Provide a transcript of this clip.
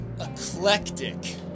Eclectic